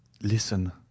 listen